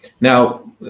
Now